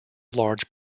large